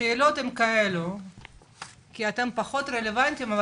אתם אולי פחות רלוונטיים,